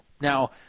Now